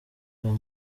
uwo